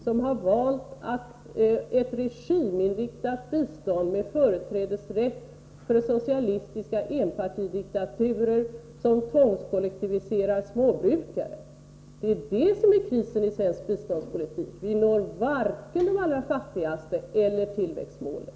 Socialdemokraterna har ju valt ett regiminriktat bistånd med företrädesrätt för socialistiska enpartidiktaturer som tvångskollektiviserar småbrukare. Krisen i svensk biståndspolitik är alltså att vi inte når vare sig de allra fattigaste eller tillväxtmålet.